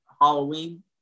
Halloween